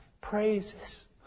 Praises